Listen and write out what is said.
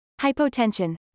Hypotension